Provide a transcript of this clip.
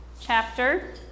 chapter